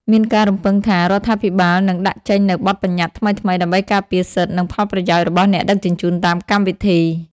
មានការរំពឹងថា រដ្ឋាភិបាលនឹងដាក់ចេញនូវបទប្បញ្ញត្តិថ្មីៗ ដើម្បីការពារសិទ្ធិ និងផលប្រយោជន៍របស់អ្នកដឹកជញ្ជូនតាមកម្មវិធី។